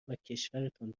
وکشورتان